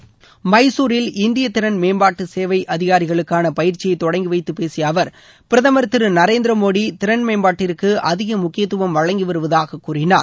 எமசூரில் இந்திய திறன் மேம்பாட்டு சேவை அதிகாரிகளுக்கான பயிற்சியை தொடங்கிவைத்து பேசிய அவர் பிரதமர் திரு நரேந்திர மோடி திறன் மேம்பாட்டிற்கு அதிக முக்கியத்துவம் வழங்கி வருவதாக கூறினார்